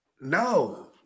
no